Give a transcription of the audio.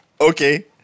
Okay